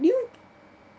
new